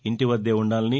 ఇంటివద్దే ఉండాలని